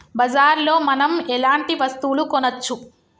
బజార్ లో మనం ఎలాంటి వస్తువులు కొనచ్చు?